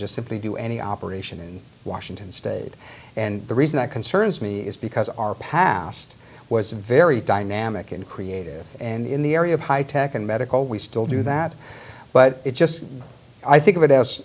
just simply do any operation in washington state and the reason that concerns me is because our past was very dynamic and creative and in the area of high tech and medical we still do that but it just i think of it as